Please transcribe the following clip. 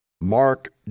Mark